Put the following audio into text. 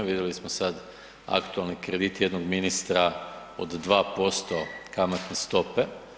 Vidjeli smo sada aktualni kredit jednog ministra od 2% kamatne stope.